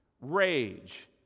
rage